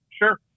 Sure